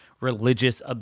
religious